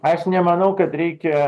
aš nemanau kad reikia